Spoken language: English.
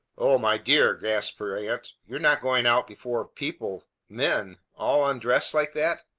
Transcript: o my dear! gasped her aunt. you're not going out before people men all undressed like that!